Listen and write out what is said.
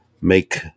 make